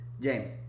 James